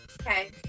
Okay